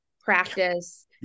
practice